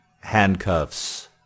handcuffs